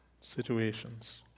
situations